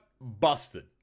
busted